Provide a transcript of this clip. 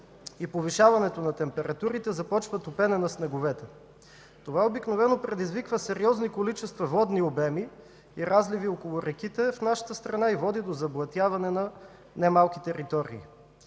и повишаването на температурите започва топене на снеговете. Това обикновено предизвиква сериозни количества водни обеми и разливи около реките в нашата страна и води до заблатяване на немалки територии.